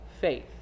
faith